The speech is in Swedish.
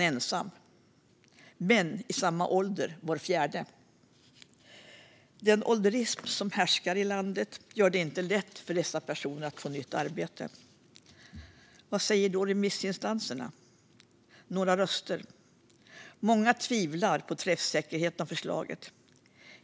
Bland män i samma ålder lever var fjärde ensam. Den ålderism som härskar i landet gör det inte lätt för äldre personer att få ett nytt arbete. Vad säger då remissinstanserna? Många tvivlar på träffsäkerheten i förslaget.